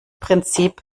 prinzip